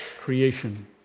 creation